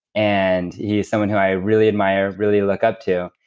and he's someone who i really admire, really look up to,